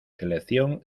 selección